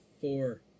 four